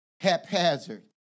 haphazard